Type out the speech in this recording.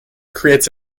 creates